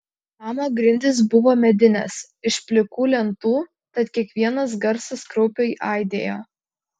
namo grindys buvo medinės iš plikų lentų tad kiekvienas garsas kraupiai aidėjo